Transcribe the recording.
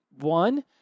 One